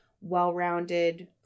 well-rounded